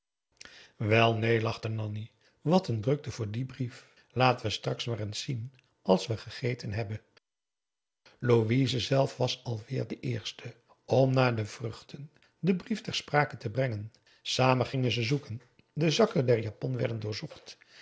wel neen lachte nanni wat een drukte voor dien brief laten we straks maar eens zien als we gegeten hebben louise zelf was alweêr de eerste om na de vruchten den brief ter sprake te brengen samen gingen ze zoeken de zakken der japon werden doorzocht